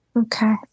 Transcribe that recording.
Okay